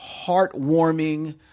heartwarming